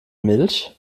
milch